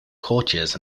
courtiers